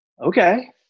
Okay